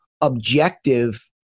objective